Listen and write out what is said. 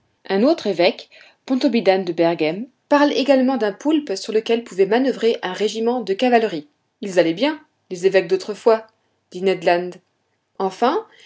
un autre évêque pontoppidan de berghem parle également d'un poulpe sur lequel pouvait manoeuvrer un régiment de cavalerie ils allaient bien les évêques d'autrefois dit ned land enfin